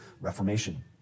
reformation